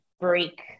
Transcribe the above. break